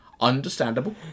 Understandable